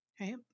right